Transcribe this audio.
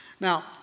Now